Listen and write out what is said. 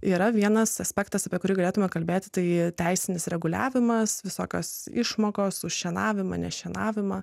yra vienas aspektas apie kurį galėtumėme kalbėti tai teisinis reguliavimas visokios išmokos už šienavimą šienavimą